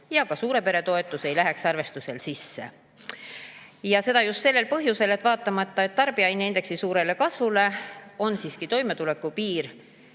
ja ka suure pere toetus ei lähe arvestusse sisse. Seda just sellel põhjusel, et vaatamata tarbijahinnaindeksi suurele kasvule, on toimetuleku piir